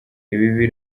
ibi